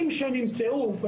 אבל אני לא מנתח סטטיסטית,